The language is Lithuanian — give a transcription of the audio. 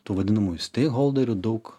tų vadinamų steikholderių daug